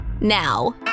now